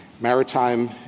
maritime